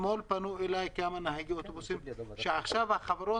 אתמול פנו אלי כמה נהגי אוטובוסים שעכשיו החברות